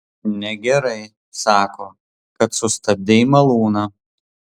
negerai sako kad sustabdei malūną